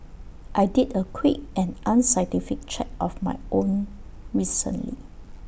I did A quick and unscientific check of my own recently